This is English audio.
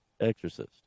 Exorcist